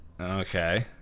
Okay